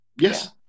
Yes